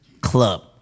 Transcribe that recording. club